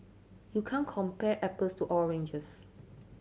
you can't compare apples to oranges